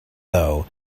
though